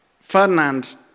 Ferdinand